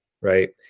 right